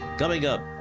coming up,